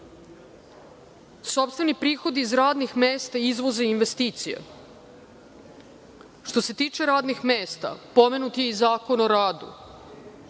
nema. Sopstveni prihodi iz radnih mesta izvoze investicije. Što se tiče radnih mesta pomenut je i Zakon o radu.